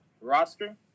roster